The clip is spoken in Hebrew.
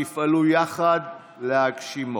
שיפעלו יחד להגשימו.